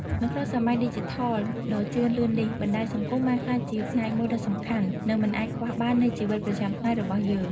នៅក្នុងសម័យឌីជីថលដ៏ជឿនលឿននេះ បណ្ដាញសង្គមបានក្លាយជាផ្នែកមួយដ៏សំខាន់ និងមិនអាចខ្វះបាននៃជីវិតប្រចាំថ្ងៃរបស់យើង។